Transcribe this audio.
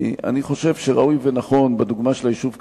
אני חושב שראוי ונכון ביישוב קדר,